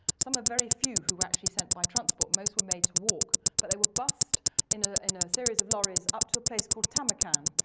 some of very few who were actually sent by transport, most were made to walk, but they were bussed in ah in a series of lorries up to a place called tamarkan,